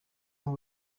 wowe